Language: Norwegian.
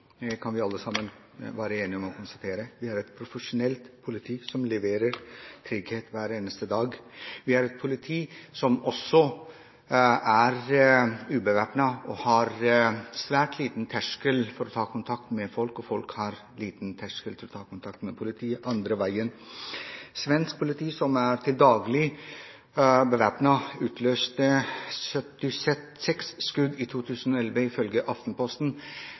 Det kan vi alle sammen være enige om og konstatere. Vi har et profesjonelt politi som leverer trygghet hver eneste dag. Vi har et politi som er ubevæpnet, og som har svært liten terskel for å ta kontakt med folk, og andre veien – folk har svært liten terskel for å ta kontakt med politiet. Svensk politi, som til daglig er bevæpnet, utløste 76 skudd i 2011, ifølge Aftenposten.